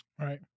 Right